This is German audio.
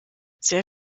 sehr